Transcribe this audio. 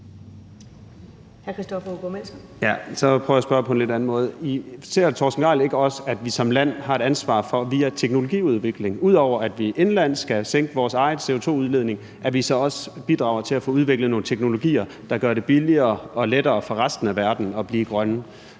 Christoffer Aagaard Melson (V): Så prøver jeg at spørge på en lidt anden måde. Ser hr. Torsten Gejl ikke også, at vi som land har et ansvar for teknologiudvikling? Ud over at vi indenlandsk skal sænke vores egen CO2-udledning, skal vi også bidrage til at få udviklet nogle teknologier, der gør det billigere og lettere for resten af verden at blive grønne